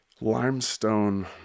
Limestone